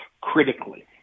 critically